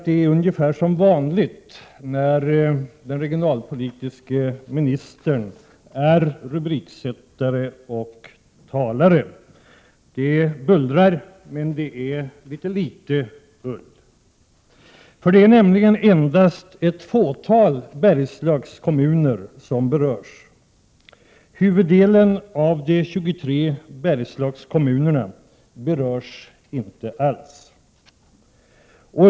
Det är ungefär som vanligt när den regionalpolitiske ministern är rubriksättare och talare. Det bullrar, men det blir litet ull. Det är nämligen endast ett fåtal Bergslagskommuner som är aktuella. Huvuddelen av de 23 Bergslagskommunerna berörs inte alls.